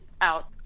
out